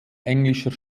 englischer